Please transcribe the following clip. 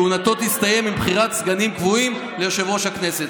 כהונתו תסתיים עם בחירת סגנים קבועים ליושב-ראש הכנסת.